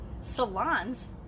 Salons